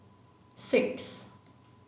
six